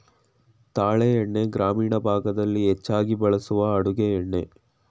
ತಾಳೆ ಎಣ್ಣೆ ಗ್ರಾಮೀಣ ಭಾಗದಲ್ಲಿ ಹೆಚ್ಚಾಗಿ ಬಳಸುವ ಅಡುಗೆ ಎಣ್ಣೆ